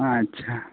ᱟᱪᱪᱷᱟ